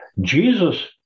Jesus